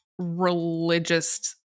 religious